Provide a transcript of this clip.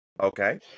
Okay